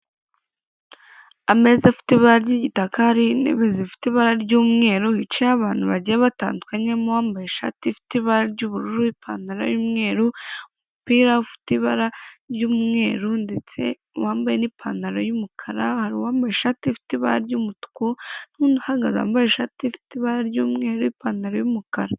Ameza afite ibara ry'igitari intebe zifite ibara ry'umweru hicaye abantu bagenda batandukanye harimo uwambaye ishati ifite ibara ry'ubururu ipantaro y'umweru, umupira ufite ibara ry'umweru ndetse wambaye ni'ipantaro yumukara hari uwambaye ishati ifite ibara ry'umutuku uhagaze wambaye ishati ifite ibara ry'umweru ipantaro y'umukara.